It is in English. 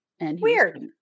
Weird